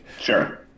Sure